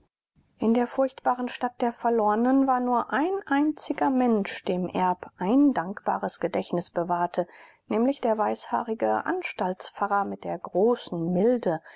in der furchtbaren stadt der verlornen war nur ein einziger mensch dem erb ein dankbares gedächtnis bewahrte nämlich der weißhaarige anstaltspfarrer mit der großen milde